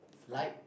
like